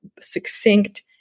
succinct